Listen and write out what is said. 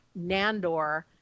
Nandor